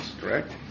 correct